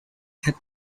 had